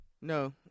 No